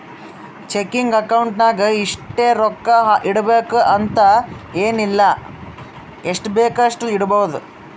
checking account ನಾಗ್ ಇಷ್ಟೇ ರೊಕ್ಕಾ ಇಡಬೇಕು ಅಂತ ಎನ್ ಇಲ್ಲ ಎಷ್ಟಬೇಕ್ ಅಷ್ಟು ಇಡ್ಬೋದ್